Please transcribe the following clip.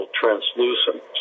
translucent